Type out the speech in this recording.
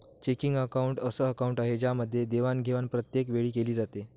checking account अस account आहे ज्यामध्ये देवाणघेवाण प्रत्येक वेळी केली जाते